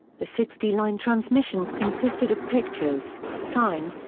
the sixty line transmissions consisted of pictures, signs,